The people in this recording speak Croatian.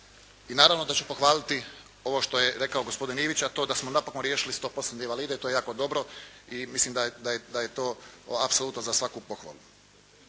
I naravno da ću pohvaliti ovo što je rekao gospodin Ivić, a to da smo napokon riješili 100 postotne invalide i to je jako dobro i mislim da je to apsolutno za svaku pohvalu.